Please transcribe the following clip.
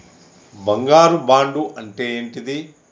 బంగారు బాండు అంటే ఏంటిది?